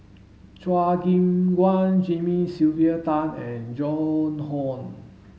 Chua Gim Guan Jimmy Sylvia Tan and Joan Hon